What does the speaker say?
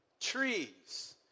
trees